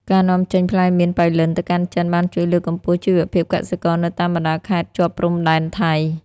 ការនាំចេញផ្លែមៀនប៉ៃលិនទៅកាន់ចិនបានជួយលើកកម្ពស់ជីវភាពកសិករនៅតាមបណ្ដាខេត្តជាប់ព្រំដែនថៃ។